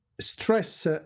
stress